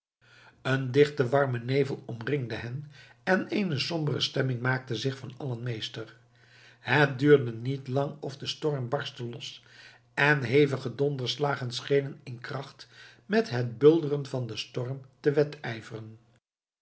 een dichte warme nevel omringde hen en eene sombere stemming maakte zich van allen meester het duurde niet lang of de storm barstte los en hevige donderslagen schenen in kracht met het bulderen van den storm te wedijveren